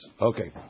Okay